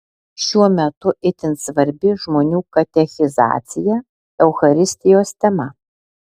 šiuo metu itin svarbi žmonių katechizacija eucharistijos tema